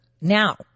Now